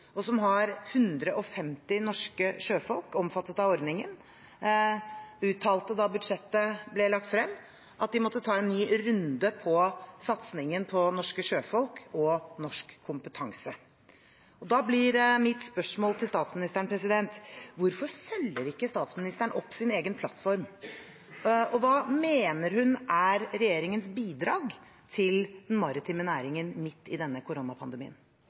og som har 150 norske sjøfolk omfattet av ordningen, uttalte da budsjettet ble lagt frem, at de måtte ta en ny runde på satsingen på norske sjøfolk og norsk kompetanse. Da blir mitt spørsmål til statsministeren: Hvorfor følger ikke statsministeren opp sin egen plattform, og hva mener hun er regjeringens bidrag til den maritime næringen midt i denne koronapandemien?